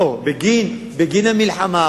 בגין מלחמת